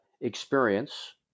experience